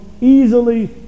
easily